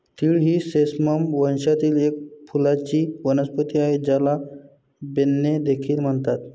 तीळ ही सेसमम वंशातील एक फुलांची वनस्पती आहे, ज्याला बेन्ने देखील म्हणतात